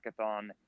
hackathon